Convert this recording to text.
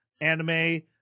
anime